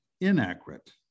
inaccurate